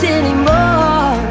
anymore